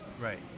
Right